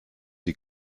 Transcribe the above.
die